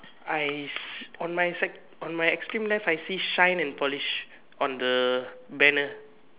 Ice on my on my extreme left I see shine and polish on the banner